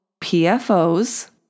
PFOs